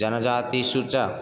जनजातिषु च